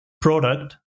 product